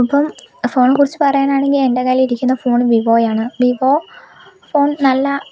അപ്പം ഫോണെ കുറിച്ച് പറയാനാണെങ്കിൽ എൻ്റെ കയ്യിലിരിക്കുന്ന ഫോൺ വിവോയാണ് വിവോ ഫോൺ നല്ല